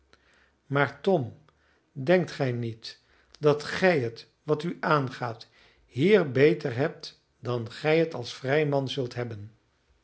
maar tom denkt gij niet dat gij het wat u aangaat hier beter hebt dan gij het als vrij man zult hebben